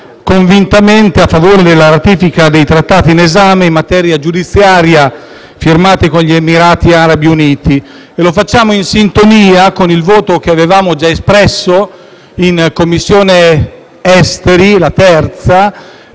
convintamente a favore della ratifica dei Trattati in esame in materia giudiziaria firmati con gli Emirati Arabi Uniti. Lo facciamo in sintonia con il voto che avevamo già espresso in 3a Commissione affari esteri,